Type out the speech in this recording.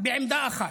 יהיו בעמדה אחת.